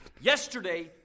Yesterday